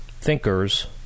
thinkers